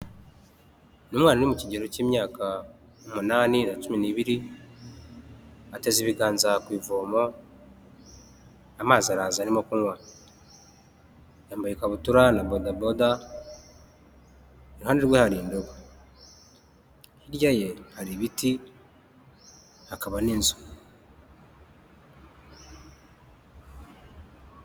Umwana uri mu kigero cy'imyaka umunani na cumi n'ibiri ateze ibiganza ku ivomo, amazi araza arimo kunywa, yambaye ikabutura na bodada iruhande rwe hari indobo, hirya ye hari ibiti hakaba n'inzu.